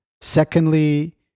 Secondly